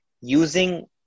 using